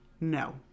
no